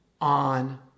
on